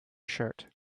shirt